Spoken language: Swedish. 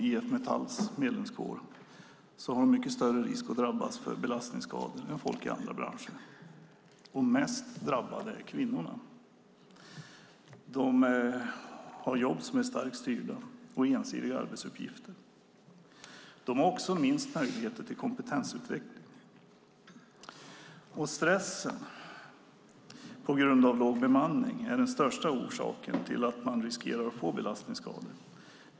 IF Metalls medlemskår har mycket större risk att drabbas av belastningsskador än folk i andra branscher. Mest drabbade är kvinnorna. De har jobb som är starkt styrda och ensidiga arbetsuppgifter. De har också minst möjligheter till kompetensutveckling. Stress på grund av låg bemanning är den största orsaken till att man riskerar att få belastningsskador.